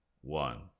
one